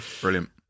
brilliant